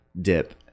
dip